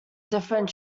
different